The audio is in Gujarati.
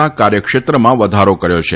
ના કાર્યક્ષેત્રમાં વધારો કર્યો છે